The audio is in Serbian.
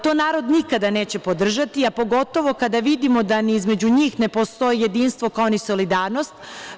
To narod nikada neće podržati, a pogotovo kada vidimo da između njih ne postoji jedinstvo, kao ni solidarnost.